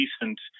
decent